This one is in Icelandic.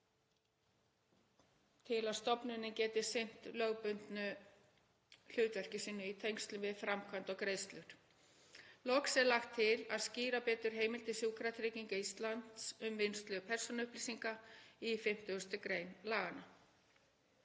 til að stofnunin geti sinnt lögbundnu hlutverki sínu í tengslum við framkvæmd og greiðslur. Loks er lagt til að skýra betur heimildir Sjúkratrygginga Íslands um vinnslu persónuupplýsinga í 50. gr. laganna.